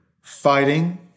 fighting